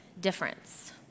difference